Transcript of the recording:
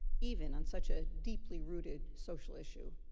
even on such a deeply-rooted social issue,